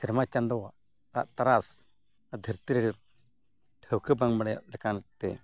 ᱥᱮᱨᱢᱟ ᱪᱟᱸᱫᱳᱣᱟᱜ ᱛᱟᱨᱟᱥ ᱟᱨ ᱫᱷᱟᱹᱨᱛᱤ ᱨᱮ ᱴᱷᱟᱹᱶᱠᱟᱹ ᱵᱟᱝ ᱵᱟᱲᱟᱭᱟᱜ ᱞᱮᱠᱟᱛᱮ